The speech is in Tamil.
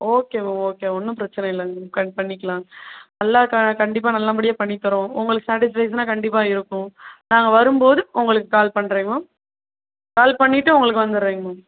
ஓகே மேம் ஓகே ஒன்றும் பிரச்சினை இல்லைங்க மேம் கம்மி பண்ணிக்கலாங்க நல்லா கண் கண்டிப்பாக நல்லபடியாக பண்ணித்தரோம் உங்களுக்கு சாட்டிஸ்ஃபேக்ஷனா கண்டிப்பாக இருக்கும் நான் வரும் போது உங்களுக்கு கால் பண்ணுறேன் மேம் கால் பண்ணிவிட்டு உங்களுக்கு வந்துடறேங்க மேம்